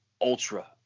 ultra –